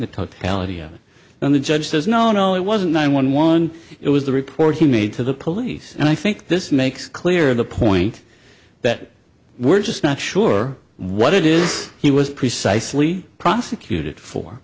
it and the judge says no no it wasn't nine one one it was the report he made to the police and i think this makes clear the point that we're just not sure what it is he was precisely prosecuted for